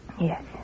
Yes